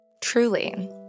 Truly